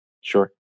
Sure